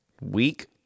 week